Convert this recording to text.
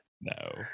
No